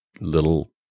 little